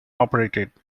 operated